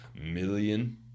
million